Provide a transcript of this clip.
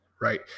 right